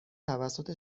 توسط